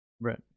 Right